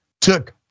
took